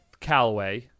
Callaway